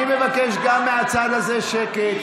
אני מבקש גם מהצד הזה שקט.